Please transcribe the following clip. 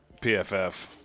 PFF